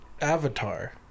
Avatar